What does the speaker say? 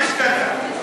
מה השתנה,